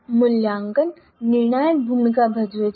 મૂલ્યાંકન નિર્ણાયક ભૂમિકા ભજવે છે